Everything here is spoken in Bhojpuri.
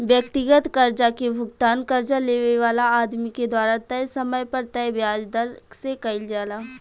व्यक्तिगत कर्जा के भुगतान कर्जा लेवे वाला आदमी के द्वारा तय समय पर तय ब्याज दर से कईल जाला